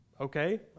Okay